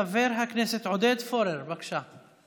חבר הכנסת עודד פורר, בבקשה.